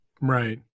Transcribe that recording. Right